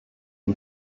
die